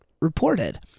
reported